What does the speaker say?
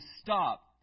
stop